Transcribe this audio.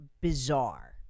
bizarre